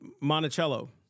Monticello